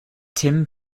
tim